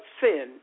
sin